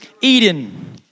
Eden